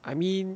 I mean